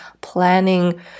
planning